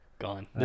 Gone